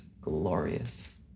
glorious